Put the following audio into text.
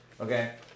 Okay